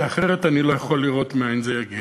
כי אחרת אני לא יכול לראות מאין זה יגיע.